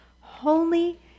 holy